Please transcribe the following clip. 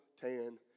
tan